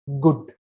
good